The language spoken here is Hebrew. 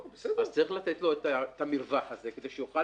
אז צריך לתת לו את המרווח הזה כדי שיוכל